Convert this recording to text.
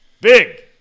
Big